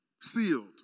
sealed